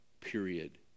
period